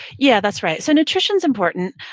yeah. that's right. so nutrition's important,